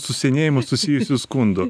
su senėjimu susijusių skundų